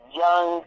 young